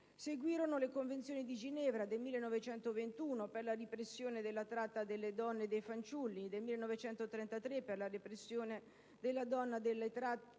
Seguirono le Convenzioni di Ginevra del 1921 per la repressione della tratta delle donne e dei fanciulli e del 1933 per la repressione della tratta delle donne